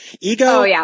Ego